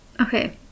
Okay